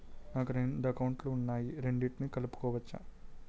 నాకు రెండు అకౌంట్ లు ఉన్నాయి రెండిటినీ కలుపుకోవచ్చా?